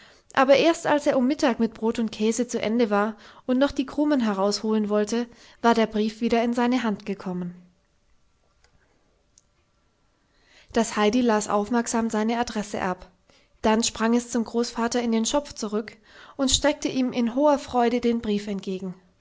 aber erst als er um mittag mit brot und käse zu ende war und noch die krumen herausholen wollte war der brief wieder in seine hand gekommen das heidi las aufmerksam seine adresse ab dann sprang es zum großvater in den schopf zurück und streckte ihm in hoher freude den brief entgegen